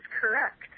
correct